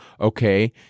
Okay